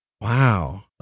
Wow